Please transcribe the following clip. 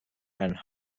and